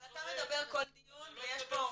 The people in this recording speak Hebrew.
אבל אתה מדבר כל דיון ויש פה אורחים.